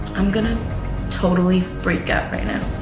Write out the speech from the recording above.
i'm gonna totally freak out right now.